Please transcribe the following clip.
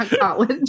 college